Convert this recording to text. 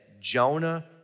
Jonah